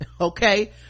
okay